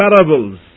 parables